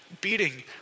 beating